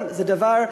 גם זה דבר,